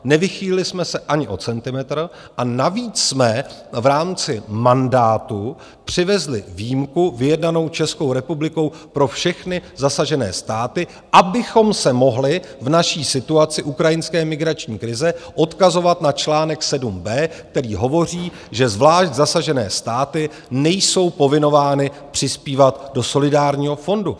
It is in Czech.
Nevychýlili jsme se ani o centimetr, a navíc jsme v rámci mandátu přivezli výjimku vyjednanou Českou republikou pro všechny zasažené státy, abychom se mohli v naší situaci ukrajinské migrační krize odkazovat na článek 7b, který hovoří, že zvlášť zasažené státy nejsou povinovány přispívat do solidárního fondu.